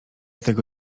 tego